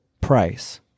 price